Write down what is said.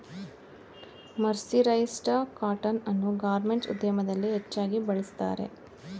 mercerised cotton ಅನ್ನು garments ಉದ್ಯಮದಲ್ಲಿ ಹೆಚ್ಚಾಗಿ ಬಳ್ಸತ್ತರೆ